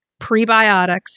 prebiotics